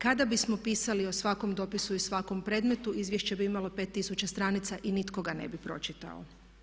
Kada bismo pisali o svakom dopisu i svakom predmetu izvješće bi imalo 5 tisuća stranica i nitko ga ne bi pročitao.